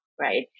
right